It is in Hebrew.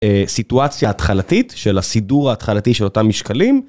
סיטואציה התחלתית של הסידור ההתחלתי של אותם משקלים.